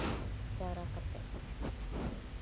ᱡᱟᱣᱨᱟ ᱠᱟᱛᱮ